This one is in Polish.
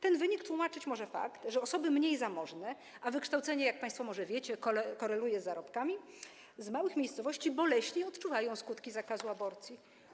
Ten wynik tłumaczyć może fakt, że osoby mniej zamożne, a wykształcenie, jak państwo może wiecie, koreluje z zarobkami, z małych miejscowości boleśnie odczuwają skutki zakazu aborcji.